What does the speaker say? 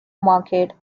market